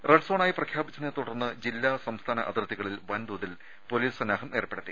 red സോണായി പ്രഖ്യാപിച്ചതിനെ തുടർന്ന് ജില്ലാ സംസ്ഥാന അതിർത്തികളിൽ വൻതോതിൽ പൊലീസ് സന്നാഹം ഏർപ്പെടുത്തി